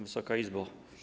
Wysoka Izbo!